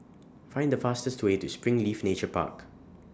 Find The fastest Way to Springleaf Nature Park